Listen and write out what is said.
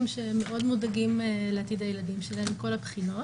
שמאוד מודאגים לעתיד הילדים שלהם מכל הבחינות.